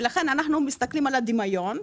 ולכן אנחנו מסתכלים על הדמיון.